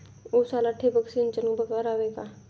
उसाला ठिबक सिंचन करावे का?